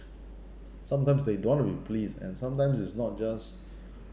sometimes they don't want to be pleased and sometimes it is not just